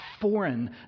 foreign